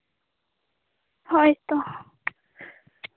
ᱦᱳᱭ ᱛᱚ